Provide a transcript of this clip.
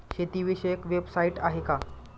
शेतीविषयक वेबसाइट आहे का?